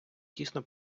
тісно